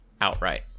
outright